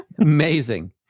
Amazing